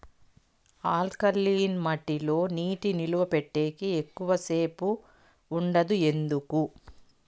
alkaline మట్టి లో నీటి నిలువ పెట్టేకి ఎక్కువగా సేపు ఉండదు ఎందుకు